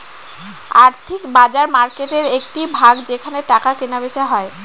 আর্থিক বাজার মার্কেটের একটি ভাগ যেখানে টাকা কেনা বেচা হয়